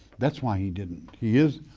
that's why he didn't, he is,